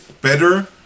better